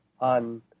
on